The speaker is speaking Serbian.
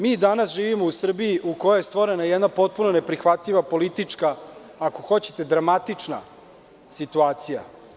Mi danas živimo u Srbiji u kojoj je stvorena jedna potpuno neprihvatljiva politička, ako hoćete, dramatična situacija.